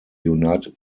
united